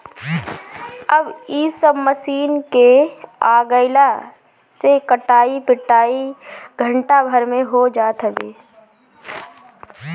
अब इ सब मशीन के आगइला से कटाई पिटाई घंटा भर में हो जात हवे